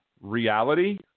reality